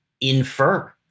infer